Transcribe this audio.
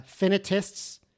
finitists